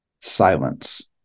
Silence